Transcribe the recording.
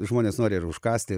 žmonės nori ar užkąsti